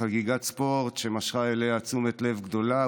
חגיגת ספורט שמשכה אליה תשומת לב גדולה,